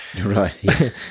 Right